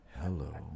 Hello